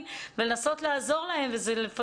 בשפה הדבר הזה --- וגם הקורונה,